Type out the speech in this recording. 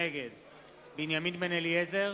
נגד בנימין בן-אליעזר,